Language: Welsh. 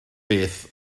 beth